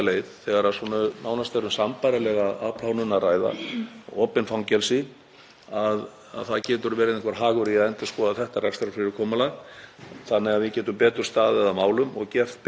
þannig að við getum betur staðið að málum og gert betur við þá sem eru að gæta þessara fanga á hverjum tíma. Ég ítreka það að ég hef verið að leita fanga í þessum efnum